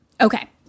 okay